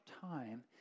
time